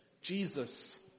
Jesus